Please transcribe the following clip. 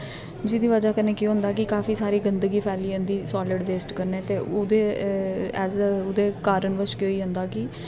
जेहदी बजह कन्नै केह् होंदा कि काफी सारे गंदगी फैली जंदी सालिड बेस्ट कन्नै ते ओहदे इस ओहदे कारणवश केह् होई जंदा कि